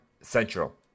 Central